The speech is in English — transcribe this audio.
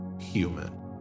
human